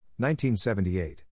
1978